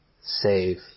save